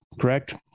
correct